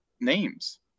names